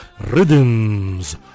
rhythms